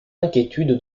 inquiétude